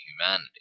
humanity